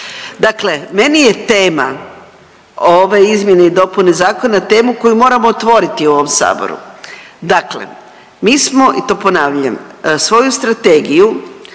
Dakle, meni je tema ove izmjene i dopune zakona temu koju moramo otvoriti u ovom Saboru. Dakle, mi smo i to ponavljam svoju strategiju